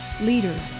leaders